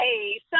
Hey